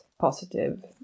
positive